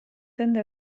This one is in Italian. tende